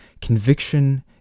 conviction